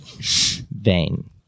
Vain